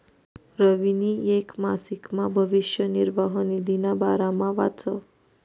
रवीनी येक मासिकमा भविष्य निर्वाह निधीना बारामा वाचं